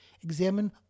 Examine